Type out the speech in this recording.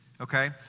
Okay